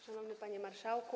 Szanowny Panie Marszałku!